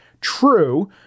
true